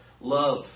Love